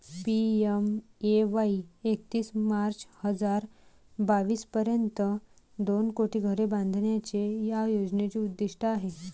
PMAY एकतीस March हजार बावीस पर्यंत दोन कोटी घरे बांधण्याचे या योजनेचे उद्दिष्ट आहे